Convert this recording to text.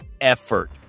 effort